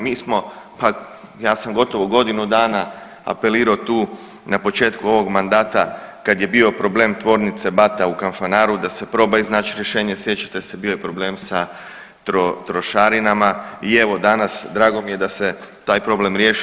Mi smo, pa ja sam gotovo godinu dana apelirao tu na početku ovog mandata kad je bio problem tvornice Bata u Kanfanaru da se proba iznać rješenje, sjećate se bio je problem sa trošarinama i evo danas drago mi je da se taj problem riješio.